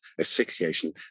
asphyxiation